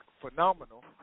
phenomenal